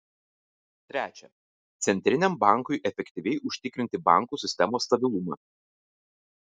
trečia centriniam bankui efektyviai užtikrinti bankų sistemos stabilumą